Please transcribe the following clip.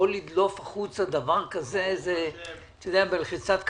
יכול לדלוף החוצה דבר כזה בלחיצת כפתור.